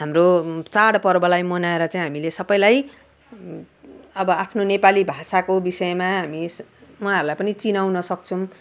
हाम्रो चाडपर्वलाई मनाएर चाहिँ हामीले सबलाई अब आफ्नो नेपाली भाषाको विषयमा हामी उहाँहरूलाई पनि चिनाउन सक्छौँ